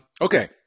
okay